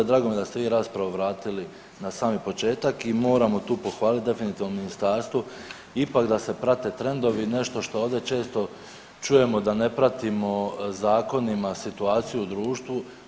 Drago mi je da ste vi raspravu vratili na sami početak i moramo tu pohvaliti definitivno ministarstvo ipak da se prate trendovi, nešto što ovdje često čujemo da ne pratimo zakonima situaciju u društvu.